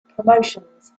promotions